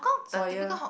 soya